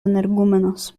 energúmenos